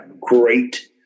great –